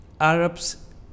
Arabs